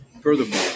Furthermore